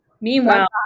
Meanwhile